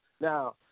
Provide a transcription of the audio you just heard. Now